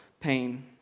pain